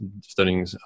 studying